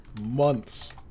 months